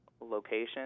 location